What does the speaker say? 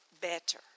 better